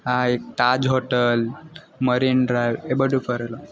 આ એક Taj hotel Marine Drive એ બધું ફરેલો